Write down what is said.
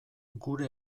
gure